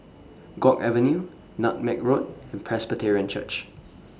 Guok Avenue Nutmeg Road and Presbyterian Church